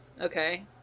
okay